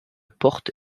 porte